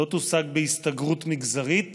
לא תושג בהסתגרות מגזרית